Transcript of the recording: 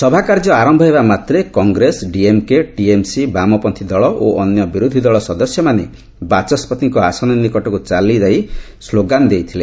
ସଭାକାର୍ଯ୍ୟ ଆରମ୍ଭ ହେବା ମାତ୍ରେ କଂଗ୍ରେସ ଡିଏମ୍କେ ଟିଏମ୍ସି ବାମପନ୍ଥୀ ଦଳ ଓ ଅନ୍ୟ ବିରୋଧୀ ଦଳ ସଦସ୍ୟମାନେ ବାଚସ୍କତିଙ୍କ ଆସନ ନିକଟକୁ ଚାଲିଯାଇ ସ୍କୋଗାନ୍ ଦେଇଥିଲେ